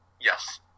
Yes